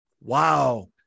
wow